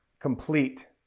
complete